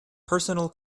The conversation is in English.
personal